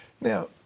Now